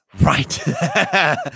right